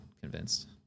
convinced